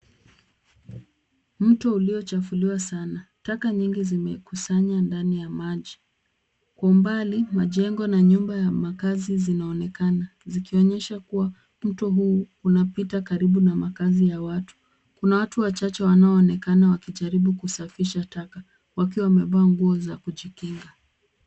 Mto uliyochafuliwa sana. Taka nyingi zimekusanywa ndani ya maji. Kwa umbali majengo na nyumba ya makaazi zinaonekana zikionyesha kuwa mto huu unapita karibu na makaazi ya watu. Kuna watu wachache wanaoonekana wakijaribu kusafisha taka wakiwa wamevaa nguo za kujikinga.